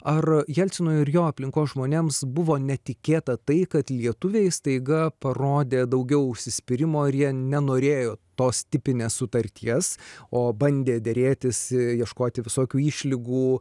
ar jelcino ir jo aplinkos žmonėms buvo netikėta tai kad lietuviai staiga parodė daugiau užsispyrimo ir jie nenorėjo tos tipinės sutarties o bandė derėtis ieškoti visokių išlygų